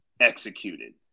executed